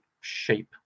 shape